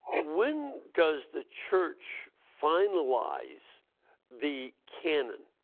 when does the church finalize the canon?